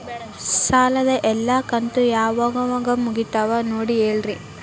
ಸಾಲದ ಎಲ್ಲಾ ಕಂತು ಯಾವಾಗ ಮುಗಿತಾವ ನೋಡಿ ಹೇಳ್ರಿ